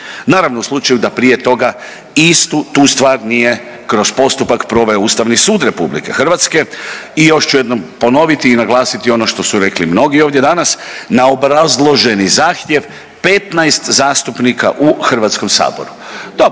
Naravno u slučaju da prije toga istu tu stvar nije kroz postupak proveo Ustavni sud RH i još ću jednom ponoviti i naglasiti ono što su rekli mnogi ovdje danas, na obrazloženi zahtjev 15 zastupnika u HS-u. Dobro,